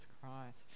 christ